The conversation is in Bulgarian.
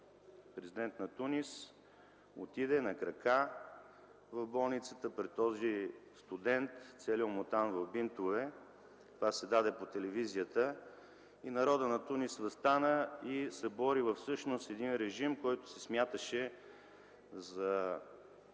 президент на Тунис отиде на крака в болницата при този студент, целият омотан в бинтове. Това се даде по телевизията и народът на Тунис въстана и събори всъщност един режим, който се смяташе за